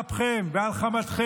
על אפכם, על אפכם ועל חמתכם.